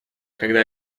когда